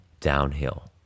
downhill